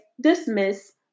dismiss